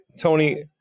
Tony